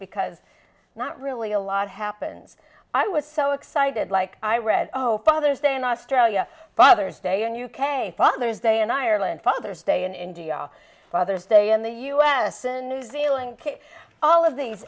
because not really a lot happens i was so excited like i read oh father stay in australia bothers day and u k father's day in ireland father's day in india father's day in the u s and new zealand all of these